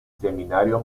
seminario